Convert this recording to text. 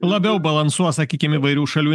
labiau balansuos sakykim įvairių šalių